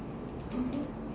mmhmm